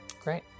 Great